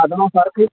അഥവാ സാർക്ക്